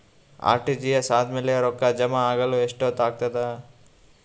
RTGS ಆದ್ಮೇಲೆ ರೊಕ್ಕ ಜಮಾ ಆಗಲು ಎಷ್ಟೊತ್ ಆಗತದ?